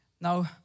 Now